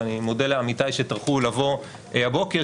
ואני מודה לעמיתי שטרחו לבוא הבוקר,